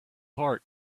heart